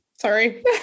sorry